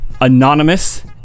Anonymous